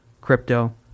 crypto